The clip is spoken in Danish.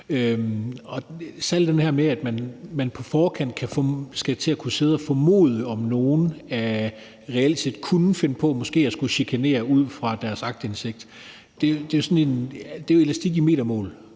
Selv det her med, at man på forkant skal til at kunne sidde og formode, om nogle reelt set kunne finde på måske at chikanere ud fra deres aktindsigt, er jo elastik i metermål,